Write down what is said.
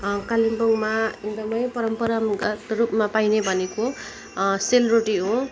कालिम्पोङमा एकदमै परम्परागत रूपमा पाइने भनेको सेलरोटी हे